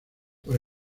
por